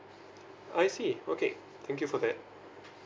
I see okay thank you for that